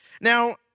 Now